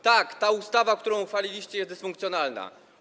Tak, ta ustawa, którą uchwaliliście, jest dysfunkcjonalna.